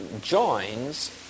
joins